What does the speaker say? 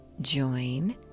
join